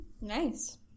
Nice